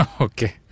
Okay